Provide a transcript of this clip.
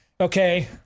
okay